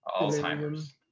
Alzheimer's